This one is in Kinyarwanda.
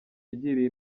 yagiriye